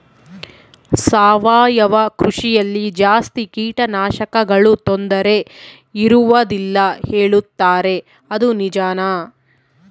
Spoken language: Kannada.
ಸಾವಯವ ಕೃಷಿಯಲ್ಲಿ ಜಾಸ್ತಿ ಕೇಟನಾಶಕಗಳ ತೊಂದರೆ ಇರುವದಿಲ್ಲ ಹೇಳುತ್ತಾರೆ ಅದು ನಿಜಾನಾ?